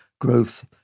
growth